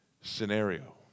scenario